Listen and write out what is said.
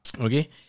Okay